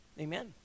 Amen